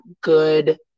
good